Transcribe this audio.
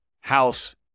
house